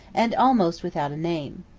and almost without a name.